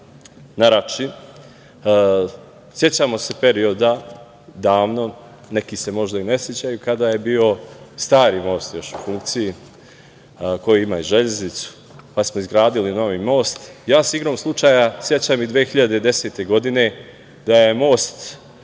na Rači sećamo se perioda, davno, neki se možda i ne sećaju kada je bio stari most još u funkciji, koji ima i železnicu, pa smo izgradili novi most. Ja se igrom slučaja sećam i 2010. godine da je most